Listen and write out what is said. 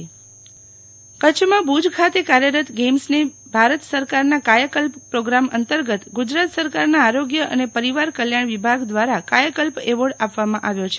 Sheetal Vaishnav GAIMS Kayakalp award કચ્છમાં ભુજ ખાતે કાર્યરત ગેઇમ્સને ભારત સરકારના કાયાકલ્પ પ્રોગ્રામ અંતર્ગત ગુજરાત સરકારના આરોગ્ય અને પરિવાર કલ્યાણ વિભાગ દ્વારાકાયાકલ્પ એવોર્ડ આપવામાં આવ્યો છે